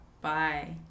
Bye